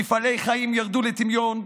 מפעלי חיים ירדו לטמיון,